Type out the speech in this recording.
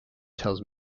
tells